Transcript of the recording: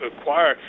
acquire